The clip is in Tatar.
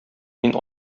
мин